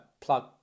Plug